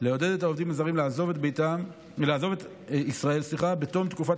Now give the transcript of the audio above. לעודד את העובדים הזרים לעזוב את ישראל בתום תקופת